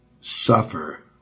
suffer